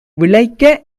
விளைக்க